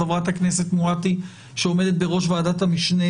חברת הכנסת מואטי שעומדת בראש ועדת המשנה